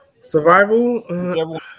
Survival